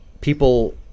people